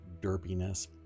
derpiness